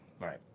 Right